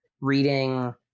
reading